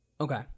okay